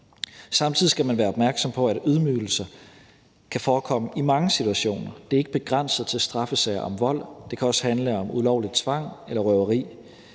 Samtidig skal man være opmærksom på, at ydmygelse kan forekomme i mange situationer. Det er ikke begrænset til straffesager om vold. Det kan også handle om ulovlig tvang eller røveri,